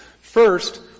First